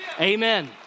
Amen